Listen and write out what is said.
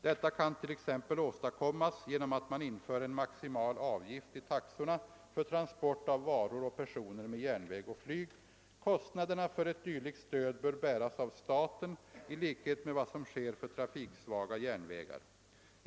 Detta kan t.ex. åstadkommas genom att man inför en maximal avgift i taxorna för transport av varor och personer med järnväg och flyg. Kostnaderna för ett dylikt stöd bör bäras av staten i likhet med vad som sker för trafiksvaga järnvägar.